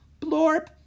Blorp